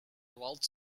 waltz